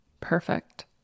perfect